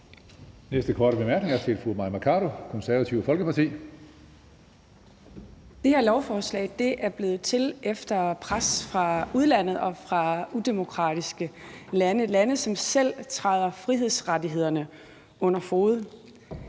Næste korte bemærkning er fra fru Mai Mercado, Det Konservative Folkeparti. Kl. 16:51 Mai Mercado (KF): Det her lovforslag er blevet til efter pres fra udlandet og fra udemokratiske lande – lande, som selv træder frihedsrettighederne under fode.